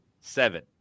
Seven